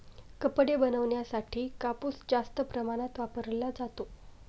कपडे बनवण्यासाठी कापूस जास्त प्रमाणात वापरला जातो